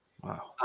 Wow